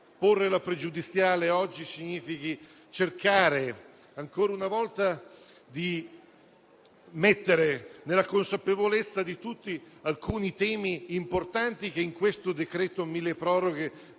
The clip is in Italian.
porre una pregiudiziale, oggi, significhi cercare ancora una volta di rendere tutti consapevoli di alcuni temi importanti che in questo decreto milleproroghe